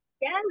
Yes